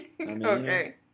okay